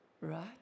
Right